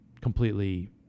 completely